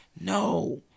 no